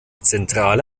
zentrale